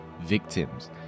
victims